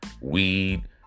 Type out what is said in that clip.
weed